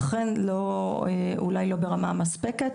אכן לא ברמה מספקת.